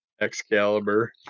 Excalibur